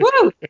Woo